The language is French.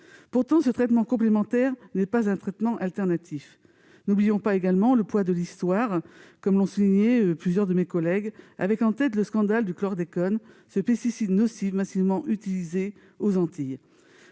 Pourtant, ce traitement complémentaire n'est pas un traitement alternatif. N'oublions pas non plus le poids de l'Histoire. Plusieurs de nos collègues ont rappelé le scandale du chlordécone, ce pesticide nocif massivement utilisé aux Antilles